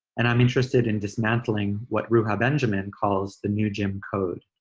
and i'm interested in dismantling what ruha benjamin calls the new jim code.